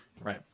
right